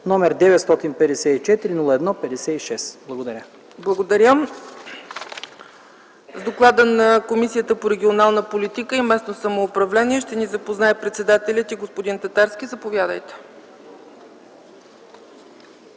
ЦЕЦКА ЦАЧЕВА: Благодаря. С доклада на Комисията по регионална политика и местно самоуправление ще ни запознае председателят й господин Татарски. Заповядайте.